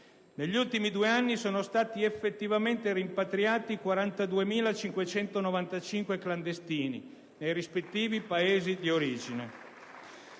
Negli ultimi due anni sono stati effettivamente rimpatriati 42.595 clandestini nei rispettivi Paesi di origine.